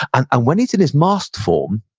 and and when he's in his masked form,